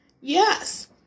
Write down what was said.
Yes